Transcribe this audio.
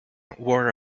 wore